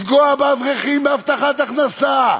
לפגוע לאברכים בהבטחת הכנסה,